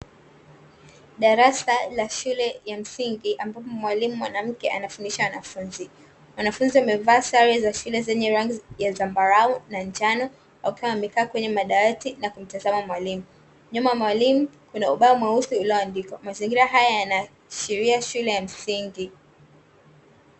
Darasa la shule ya msingi ambapo mwalimu mwanamke anafundisha wanafunzi. Wanafunzi wamevaa sare za shule zenye rangi ya zambarau na njano, wakiwa wamekaa kwenye madawati na kumtazama mwalimu. Nyuma ya mwalimu kuna ubao mweusi ulioandikwa, mazingira haya yanaashiria shule ya msingi.